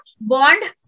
bond